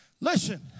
Listen